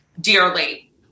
dearly